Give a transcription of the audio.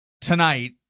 tonight